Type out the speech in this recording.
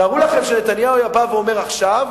תארו לכם שנתניהו היה בא ואומר עכשיו: